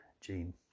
gene